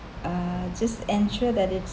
uh just ensure that it's